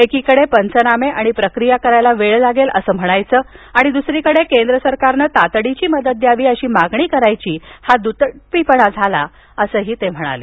एकीकडे पंचनामे आणि प्रक्रिया करायला वेळ लागेल असं म्हणायचं आणि दुसरीकडे केंद्र सरकारनं तातडीची मदत द्यावी अशी मागणी करायची हा दुटप्पीपणा झाला असं ते म्हणाले